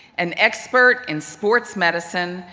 an expert in sports medicine,